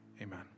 Amen